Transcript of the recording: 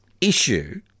issue